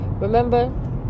remember